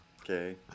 Okay